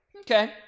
Okay